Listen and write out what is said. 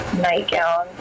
nightgown